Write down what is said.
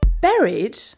Buried